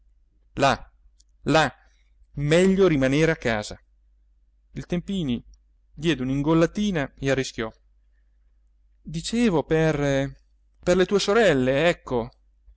là meglio rimanere a casa il tempini diede un'ingollatina e arrischiò dicevo per per le tue sorelle ecco